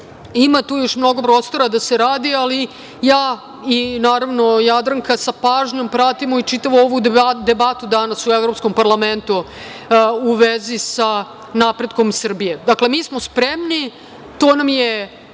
Ima tu još mnogo prostora da se radi, ali ja, i naravno Jadranka, sa pažnjom pratimo čitavu ovu debatu danas u Evropskom parlamentu, u vezi sa napretkom Srbije. Mi smo spremni, to nam je